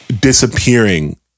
disappearing